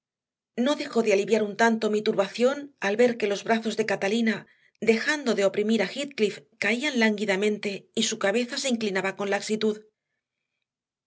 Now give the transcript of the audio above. no dejó de aliviar un tanto mi turbación al ver que los brazos de catalina dejando de oprimir a heathcliff caían lánguidamente y su cabeza se inclinaba con laxitud